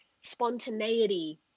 spontaneity